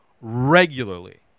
regularly